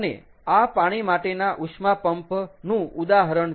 અને આ પાણી માટેના ઉષ્મા પંપ નું ઉદાહરણ છે